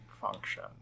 function